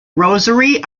rosary